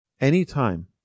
Anytime